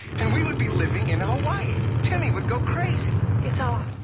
and we would be living in hawaii. timmy would go crazy. it's off.